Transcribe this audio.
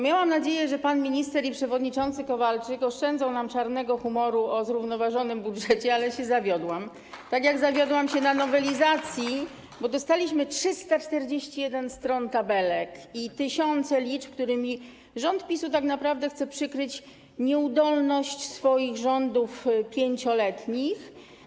Miałam nadzieję, że pan minister i przewodniczący Kowalczyk oszczędzą nam czarnego humoru o zrównoważonym budżecie, ale się zawiodłam, tak jak zawiodłam się na nowelizacji, bo dostaliśmy 341 stron tabelek i tysiące liczb, którymi rząd PiS-u tak naprawdę chce przykryć nieudolność swoich 5-letnich rządów.